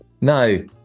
no